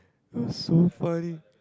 it was so funny